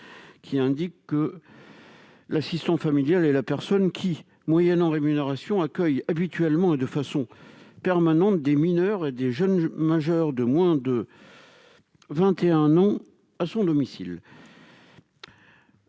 dispose :« L'assistant familial est la personne qui, moyennant rémunération, accueille habituellement et de façon permanente des mineurs et des jeunes majeurs de moins de 21 ans à son domicile.